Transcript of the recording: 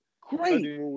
Great